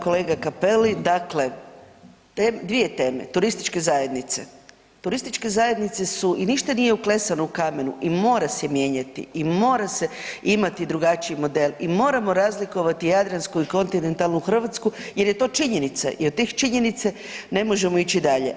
Kolega Cappelli dakle, dvije teme, turističke zajednice, turističke zajednice su i ništa nije uklesano u kamenu i mora se mijenjati i mora se imati drugačiji model i moramo razlikovati jadransku i kontinentalnu Hrvatsku jer je to činjenica i od tih činjenica ne možemo ići dalje.